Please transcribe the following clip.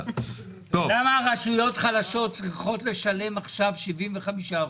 למה רשויות חלשות צריכות לשלם 75%?